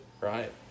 Right